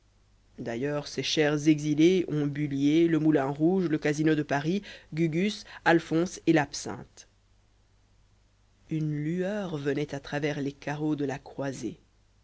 d'ailleurs ces chères exilées ont bullier le moulin rouge le casino de paris gugusse alphonse et l'absinthe une lueur venait à travers les carreaux de la croisée